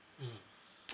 mmhmm